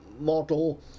model